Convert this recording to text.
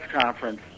conference